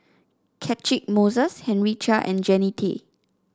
Catchick Moses Henry Chia and Jannie Tay